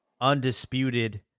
undisputed